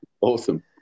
awesome